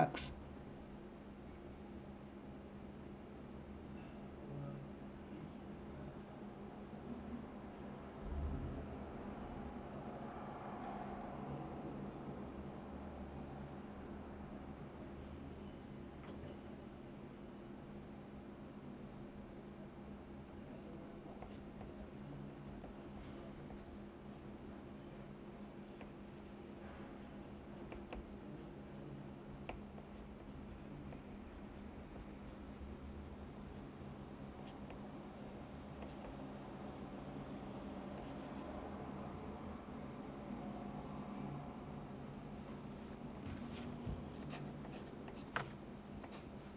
products